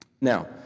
Now